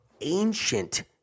ancient